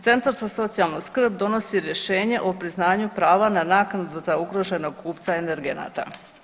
Centar za socijalnu skrb donosi rješenje o priznanju prava na naknadu za ugroženog kupca energenata.